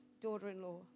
daughter-in-law